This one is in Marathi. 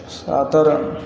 आ तर